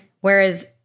Whereas